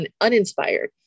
uninspired